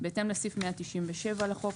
בהתאם לסעיף 197 לחוק,